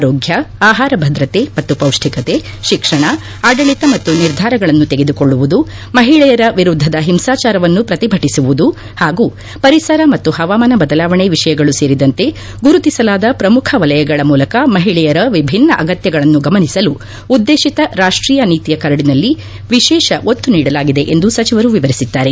ಆರೋಗ್ಯ ಆಹಾರ ಭದ್ರತೆ ಮತ್ತು ಪೌಷ್ಠಿಕತೆ ಶಿಕ್ಷಣ ಆಡಳಿತ ಮತ್ತು ನಿರ್ಧಾರಗಳನ್ನು ತೆಗೆದುಕೊಳ್ಳುವುದು ಮಹಿಳೆಯರ ವಿರುದ್ಧದ ಹಿಂಸಾಜಾರವನ್ನು ಪ್ರತಿಭಟಿಸುವುದು ಹಾಗೂ ಪರಿಸರ ಮತ್ತು ಪವಾಮಾನ ಬದಲಾವಣೆ ವಿಷಯಗಳು ಸೇರಿದಂತೆ ಗುರುತಿಸಲಾದ ಪ್ರಮುಖ ವಲಯಗಳ ಮೂಲಕ ಮಹಿಳೆಯರ ವಿಭಿನ್ನ ಅಗತ್ಯಗಳನ್ನು ಗಮನಿಸಲು ಉದ್ದೇಶಿತ ರಾಷ್ಟೀಯ ನೀತಿಯ ಕರಡಿನಲ್ಲಿ ವಿಶೇಷ ಒತ್ತು ನೀಡಲಾಗಿದೆ ಎಂದು ಸಚಿವರು ವಿವರಿಸಿದ್ದಾರೆ